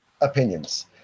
opinions